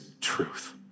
truth